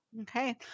Okay